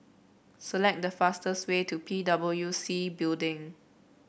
select the fastest way to P W C Building